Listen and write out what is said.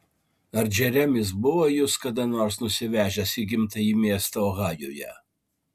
ar džeremis buvo jus kada nusivežęs į gimtąjį miestą ohajuje